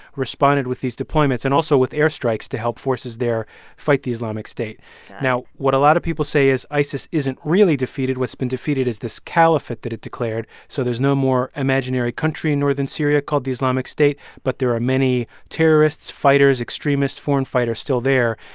responded with these deployments and also with airstrikes to help forces there fight the islamic state now, what a lot of people say is isis isn't really defeated. what's been defeated is this caliphate that it declared. so there's no more imaginary country in northern syria called the islamic state. but there are many terrorists, fighters, extremists, foreign fighters still there.